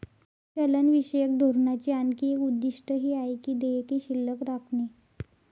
चलनविषयक धोरणाचे आणखी एक उद्दिष्ट हे आहे की देयके शिल्लक राखणे